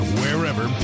wherever